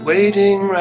Waiting